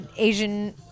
Asian